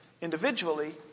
individually